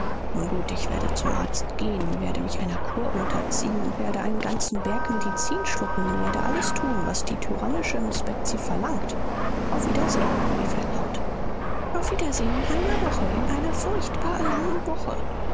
nun gut ich werde zum arzt gehen werde mich einer kur unterziehen werde einen ganzen berg medizin schlucken werde alles tun was die tyrannische miß betsy verlangt auf wiedersehn rief er laut auf wiedersehn in einer woche in einer furchtbar langen woche